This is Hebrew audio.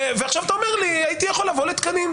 ועכשיו אתה אומר לי: הייתי יכול לבוא לתקנים.